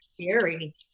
scary